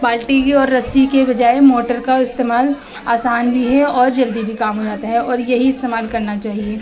بالٹی کے اور رسی کے بجائے موٹر کا استعمال آسان بھی ہے اور جلدی بھی کام ہو جاتا ہے اور یہی استعمال کرنا چاہیے